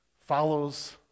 follows